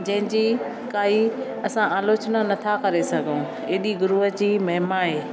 जंहिं जी काई असां आलोचना नथा करे सघूं ऐॾी गुरुअ जी महिमा आहे